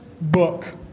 book